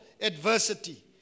adversity